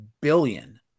billion